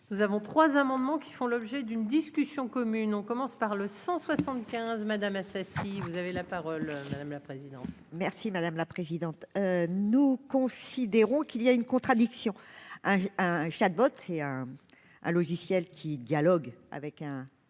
nous avons trois amendements qui font l'objet d'une discussion commune, on commence par le 175 madame Assassi, vous avez la parole madame la présidente. Merci madame la présidente, nous considérons qu'il y a une contradiction un chatbot bottes et un un logiciel qui dialogue avec un